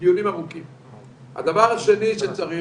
כל מי שרוצה